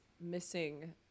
missing